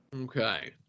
okay